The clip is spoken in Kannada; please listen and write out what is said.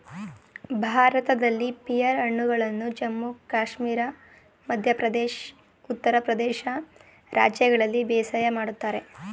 ಭಾರತದಲ್ಲಿ ಪಿಯರ್ ಹಣ್ಣುಗಳನ್ನು ಜಮ್ಮು ಕಾಶ್ಮೀರ ಮಧ್ಯ ಪ್ರದೇಶ್ ಉತ್ತರ ಪ್ರದೇಶ ರಾಜ್ಯಗಳಲ್ಲಿ ಬೇಸಾಯ ಮಾಡ್ತರೆ